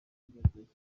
by’igihugu